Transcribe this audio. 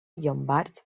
llombards